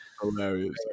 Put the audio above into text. Hilarious